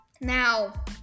Now